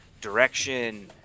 direction